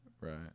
Right